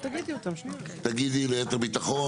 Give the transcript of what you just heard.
תגידי ליתר בטחון.